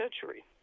century